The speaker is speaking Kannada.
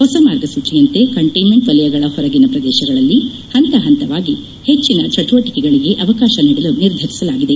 ಹೊಸ ಮಾರ್ಗಸೂಚಿಯಂತೆ ಕಂಟ್ಟೆನ್ಮೆಂಟ್ ವಲಯಗಳ ಹೊರಗಿನ ಪ್ರದೇಶಗಳಲ್ಲಿ ಹಂತ ಹಂತವಾಗಿ ಹೆಚ್ಚಿನ ಚಟುವಟಿಕೆಗಳಿಗೆ ಅವಕಾಶ ನೀಡಲು ನಿರ್ಧರಿಸಲಾಗಿದೆ